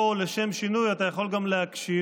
או לשם שינוי אתה יכול גם להקשיב,